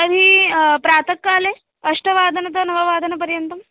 तर्हि प्रातः काले अष्टवादनतः नववादनपर्यन्तं